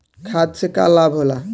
खाद्य से का लाभ होला?